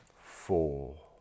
four